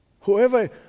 whoever